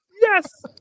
Yes